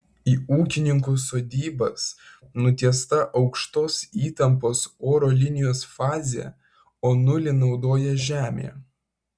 į ūkininkų sodybas nutiesta aukštos įtampos oro linijos fazė o nulį naudoja žemę